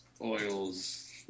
oils